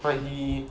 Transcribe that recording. but he